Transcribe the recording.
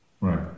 Right